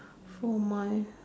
for my